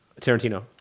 Tarantino